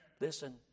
Listen